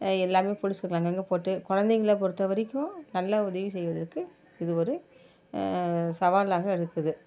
எல்லாமே போலீஸ்காரங்க அங்கே அங்கே போட்டு குழந்தைங்கள பொறுத்தவரைக்கும் நல்லா உதவி செய்வதற்கு இது ஒரு சவாலாக இருக்குது